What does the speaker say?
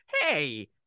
hey